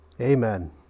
amen